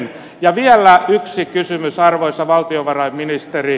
ja vielä yksi kysymys arvoisa valtiovarainministeri